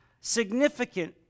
significant